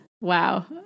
Wow